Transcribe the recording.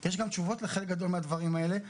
יש גם תשובות לחלק גדול מהדברים האלה.